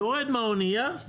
יורד מהאונייה,